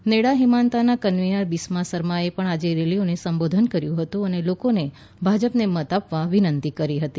નેડા હિમાન્તાના કન્વીનર બિસ્વા સરમાએ પણ આજે રેલીઓને સંબોધન કર્યુ હતું અને લોકોને ભાજપને મત આપવા વિનંતી કરી હતી